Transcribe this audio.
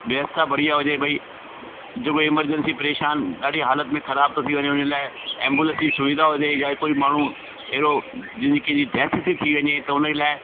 व्यवस्था बढ़िया हुजे भई जेको इमरजंसी परेशान ॾाढी हालति में ख़राब थो थी वञे उने लाइ एबुलेंस जी सुविधा हुजे जा कोई माण्हू अहिड़ो जंहिंजी कंहिंजी डेथ थी थी वञे त उन जे लाइ